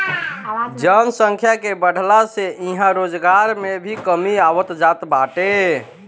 जनसंख्या के बढ़ला से इहां रोजगार में भी कमी आवत जात बाटे